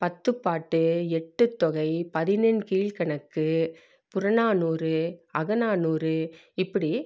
பத்துப்பாட்டு எட்டுத்தொகை பதினெண் கீழ்கணக்கு புறநானூறு அகநானூறு இப்படி